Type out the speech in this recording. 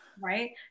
Right